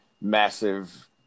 massive